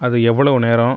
அது எவ்வளவு நேரம்